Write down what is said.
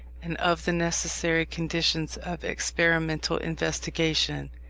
and of the necessary conditions of experimental investigation.